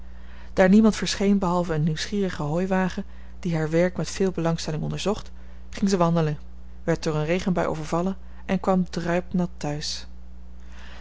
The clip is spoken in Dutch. daar niemand verscheen behalve een nieuwsgierige hooiwagen die haar werk met veel belangstelling onderzocht ging ze wandelen werd door een regenbui overvallen en kwam druipnat thuis